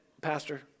pastor